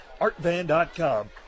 artvan.com